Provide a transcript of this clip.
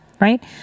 right